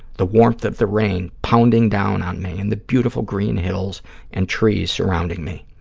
the warmth of the rain pounding down on me and the beautiful green hills and trees surrounding me.